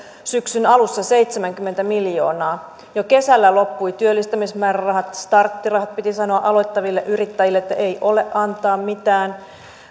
syksyn alussa seitsemänkymmentä miljoonaa jo kesällä loppuivat työllistämismäärärahat starttirahat piti sanoa aloittaville yrittäjille että ei ole antaa mitään